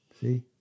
See